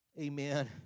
Amen